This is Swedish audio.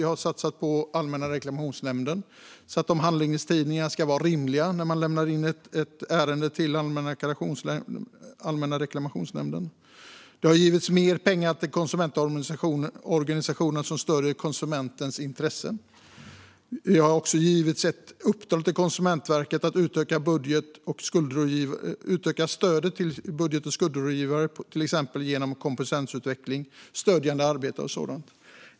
Vi har satsat på Allmänna reklamationsnämnden, så att handläggningstiderna ska vara rimliga när man lämnar in ett ärende till Allmänna reklamationsnämnden. Det har givits mer pengar till konsumentorganisationer som stöder konsumentens intressen. Det har också givits ett uppdrag till Konsumentverket om att utöka stödet till budget och skuldrådgivare, till exempel genom kompetensutveckling, stödjande arbete och sådant.